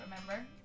remember